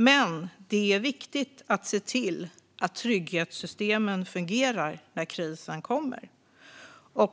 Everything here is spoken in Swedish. Men det är viktigt att se till att trygghetssystemen fungerar när krisen kommer,